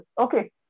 Okay